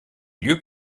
lieux